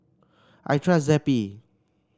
I trust Zappy